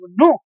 No